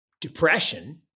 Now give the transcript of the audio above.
depression